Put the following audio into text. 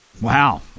Wow